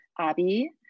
Abby